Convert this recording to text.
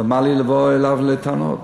אבל מה לי לבוא אליו בטענות?